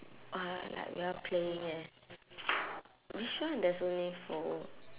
!wah! like we're playing eh which one there's only two